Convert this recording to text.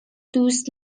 دوست